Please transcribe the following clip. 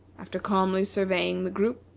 after calmly surveying the group,